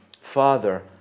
Father